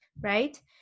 right